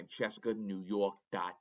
FrancescaNewYork.com